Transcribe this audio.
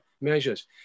measures